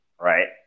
right